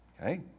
okay